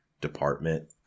department